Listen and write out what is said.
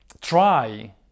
try